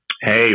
Hey